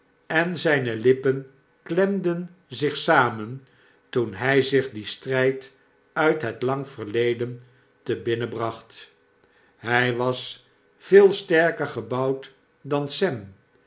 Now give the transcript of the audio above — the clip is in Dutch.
en zyne lippen klemden zich samen toen hy zich dien strp uit het lang verleden te binnen bracht hy was veel sterker gebouwd dan